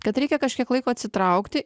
kad reikia kažkiek laiko atsitraukti